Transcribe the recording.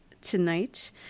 Tonight